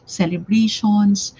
celebrations